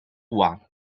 one